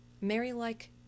Mary-like